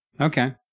okay